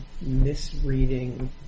misreading